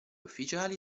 ufficiali